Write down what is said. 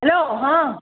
hello हां